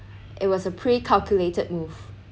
it was a pre calculated move